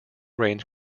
range